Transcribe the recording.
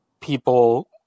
people